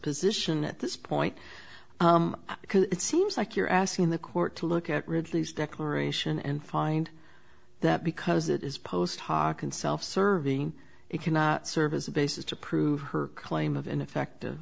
position at this point because it seems like you're asking the court to look at ridley's declaration and find that because it is post hoc and self serving it cannot serve as a basis to prove her claim of ineffective